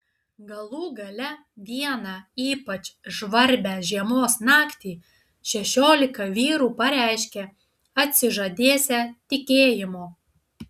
galų gale vieną ypač žvarbią žiemos naktį šešiolika vyrų pareiškė atsižadėsią tikėjimo